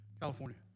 California